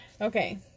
Okay